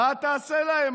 מה תעשה להם?